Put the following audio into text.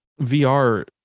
vr